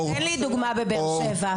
אורט -- תן לי דוגמה בבאר שבע.